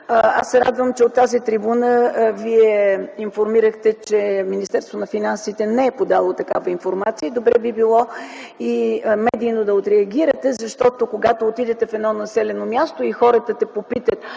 Радвам се, че от тази трибуна Вие информирахте, че Министерството на финансите не е подало такава информация и добре би било и медийно да отреагирате, защото когато отидете в едно населено място и хората те попитат: